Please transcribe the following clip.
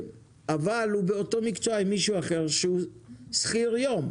אבל הוא באותו מקצוע עם מישהו אחר שהוא שכיר יום,